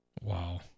wow